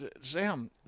Sam